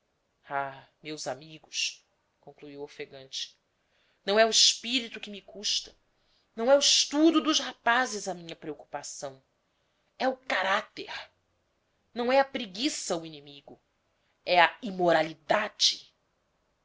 meus amigos conclui ofegante não é o espírito que me custa não é o estudo dos rapazes a minha preocupação é o caráter não é a preguiça o inimigo é a imoralidade